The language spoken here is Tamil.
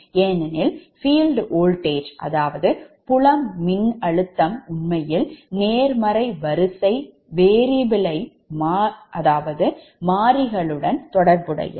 ஏனெனில் புலம் மின்னழுத்தம் உண்மையில் நேர்மறை வரிசை variable மாறிகளுடன் தொடர்புடையது